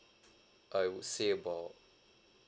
I would say about